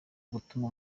gutuma